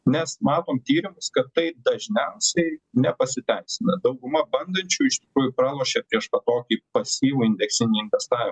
mes matom tyrimus kad tai dažniausiai nepasiteisina dauguma bandančių iš tikrųjų pralošia prieš va tokį pasyvų indeksinį investavimą